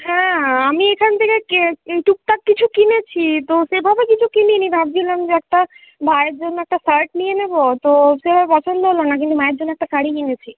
হ্যাঁ আমি এখান থেকে টুকটাক কিছু কিনেছি তো সেভাবে কিছু কিনিনি ভাবছিলাম যে একটা ভাইয়ের জন্য একটা শার্ট নিয়ে নেব তো সেভাবে পছন্দ হলো না কিন্তু মায়ের জন্যে একটা শাড়ি কিনেছি